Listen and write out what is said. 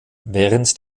während